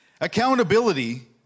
Accountability